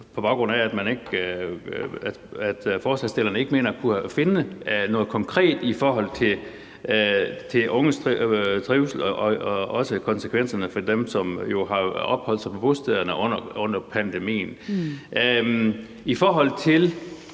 på baggrund af at forslagsstillerne ikke mener at kunne finde noget konkret i forhold til unges trivsel og i forhold til konsekvenserne for dem, som jo har opholdt sig på bostederne under pandemien.